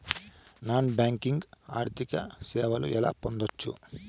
Non banking ఆర్థిక సేవలు ఎలా పొందొచ్చు?